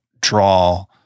draw